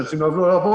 שאנשים לא יכלו לעבוד,